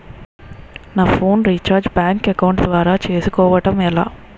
నా phone recharge bank account ద్వారా చేసుకోవటం ఎలా?